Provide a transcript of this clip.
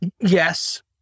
Yes